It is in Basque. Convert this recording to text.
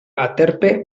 aterpe